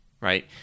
right